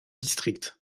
district